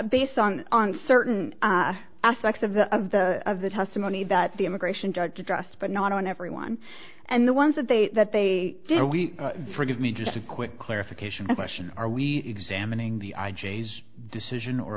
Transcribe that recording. based on on certain aspects of the of the of the testimony that the immigration judge addressed but not on every one and the ones that they that they did we forgive me just a quick clarification question are we examining the i j s decision or